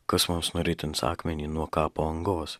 kas mums nuritins akmenį nuo kapo angos